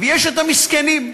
ויש המסכנים,